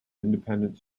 independent